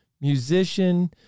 musician